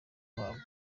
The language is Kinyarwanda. duhabwa